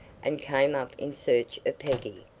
and came up in search of peggy.